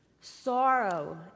sorrow